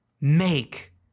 make